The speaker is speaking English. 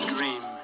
dream